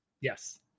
Yes